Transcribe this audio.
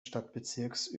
stadtbezirks